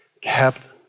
kept